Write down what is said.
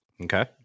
Okay